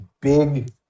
big